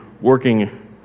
working